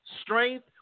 strength